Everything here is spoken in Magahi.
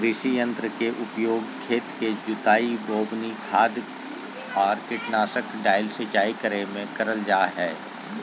कृषि यंत्र के उपयोग खेत के जुताई, बोवनी, खाद आर कीटनाशक डालय, सिंचाई करे मे करल जा हई